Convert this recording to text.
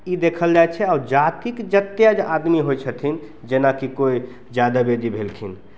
ई देखल जाइ छै आओर जातिक जतेक आदमी होइ छथिन जेनाकि कोइ यादवे जी भेलखिन